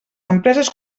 empreses